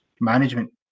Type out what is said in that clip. management